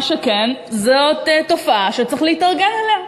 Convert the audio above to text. מה שכן, זאת תופעה שצריך להתארגן אליה.